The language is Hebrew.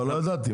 אבל לא ידעתי.